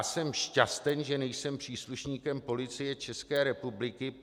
Jsem šťasten, že nejsem příslušníkem Policie České republiky.